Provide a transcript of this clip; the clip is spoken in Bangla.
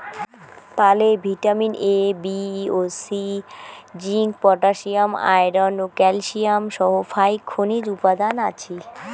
তালে ভিটামিন এ, বি ও সি, জিংক, পটাশিয়াম, আয়রন ও ক্যালসিয়াম সহ ফাইক খনিজ উপাদান আছি